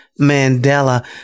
Mandela